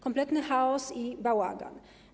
Kompletny chaos i bałagan.